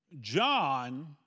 John